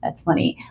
ah funny.